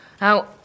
Now